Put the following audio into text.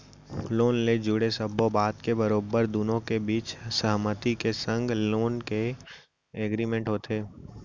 loan ले जुड़े सब्बो बात के बरोबर दुनो के बीच सहमति के संग लोन के एग्रीमेंट होथे